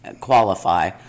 qualify